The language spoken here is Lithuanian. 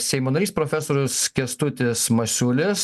seimo narys profesorius kęstutis masiulis